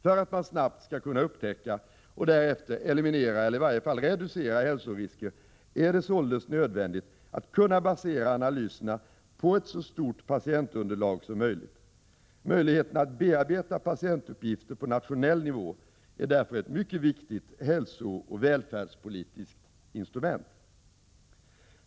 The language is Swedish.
För att man snabbt skall kunna upptäcka och därefter eliminera eller i varje fall reducera hälsorisker är det således nödvändigt att kunna basera analyserna på ett så stort patientunderlag som möjligt. Möjligheten att bearbeta patientuppgifter på nationell nivå är därför ett mycket viktigt hälsooch välfärdspolitiskt instrument.